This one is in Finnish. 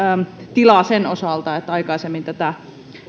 tila sen osalta että aikaisemmin tätä